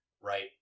right